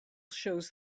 shows